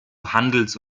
handels